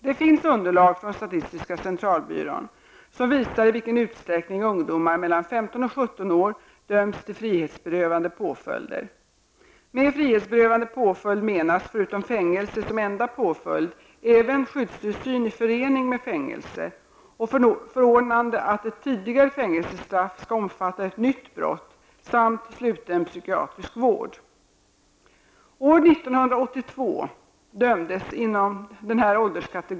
Det finns underlag från statistiska centralbyrån som visar i vilken utsträckning ungdomar mellan 15 och 17 år döms till frihetsberövande påföljder. Med frihetsberövande påföljd menas förutom fängelse som enda påföljd, även skyddstillsyn i förening med fängelse och förordnande att ett tidigare fängelsestraff skall omfatta ett nytt brott samt sluten psykiatrisk vård.